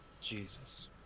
Jesus